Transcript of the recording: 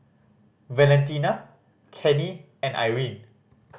Valentina Kenny and Irene